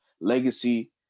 legacy